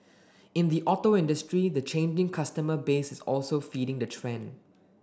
in the auto industry the changing customer base is also feeding the trend